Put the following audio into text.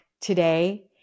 today